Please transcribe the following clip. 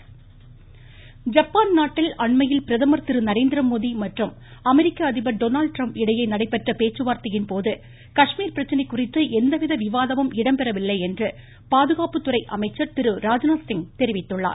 Rajnath Singh Japan நாட்டில் அண்மையில் பிரதமர் திரு நரேந்திரமோடி மற்றும் அமெரிக்க அதிபர் டொனால்ட் ட்ரம்ப் இடையே நடைபெற்ற பேச்சுவார்த்தையின் போது காஷ்மீர பிரச்னை குறித்து எந்தவித விவாதமும் இடம்பெறவில்லை என்று பாதுகாப்புத்துறை அமைச்சர் திரு ராஜ்நாத்சிங் தெரிவித்துள்ளார்